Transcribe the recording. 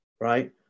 right